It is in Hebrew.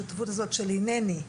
השותפות הזאת של הנני,